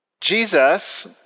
Jesus